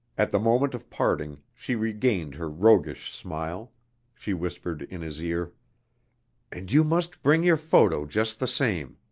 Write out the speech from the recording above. at the moment of parting she regained her roguish smile she whispered in his ear and you must bring your photo just the same.